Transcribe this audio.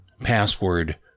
password